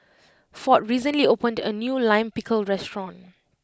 Ford recently opened a new Lime Pickle restaurant